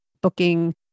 booking